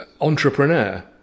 entrepreneur